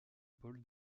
pôle